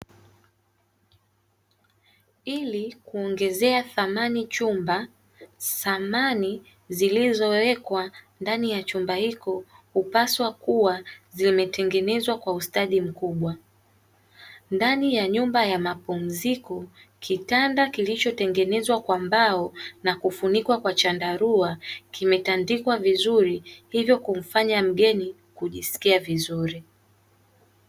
Ili kuongezea thamani chumba, samani zilizowekwa ndani ya chumba hiko hupaswa kuwa zimetengenezwa kwa ustadi mkubwa. Ndani ya nyumba ya mapumziko, kitanda kilichotengenezwa kwa mbao na kufunikwa kwa chandarua kimetandikwa vizuri hivyo kumfanya mgeni kujisikia vizuri.